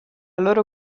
loro